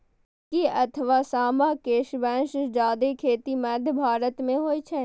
कुटकी अथवा सावां के सबसं जादे खेती मध्य भारत मे होइ छै